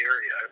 Area